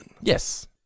Yes